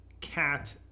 Cat